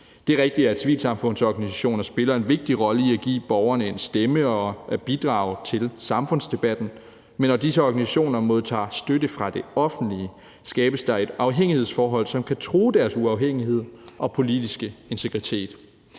Det er rigtigt, at civilsamfundsorganisationer spiller en vigtig rolle i at give borgerne en stemme og bidrage til samfundsdebatten, men når disse organisationer modtager støtte fra det offentlige, skabes der et afhængighedsforhold, som kan true deres uafhængighed og politiske integritet.